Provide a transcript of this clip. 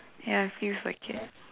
ya feels like it